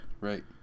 right